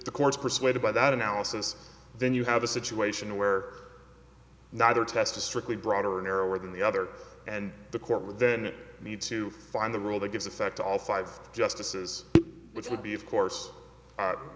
the courts persuaded by that analysis then you have a situation where neither test is strictly broader narrower than the other and the court would then need to find the rule that gives effect to all five justices which would be of course